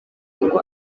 ngo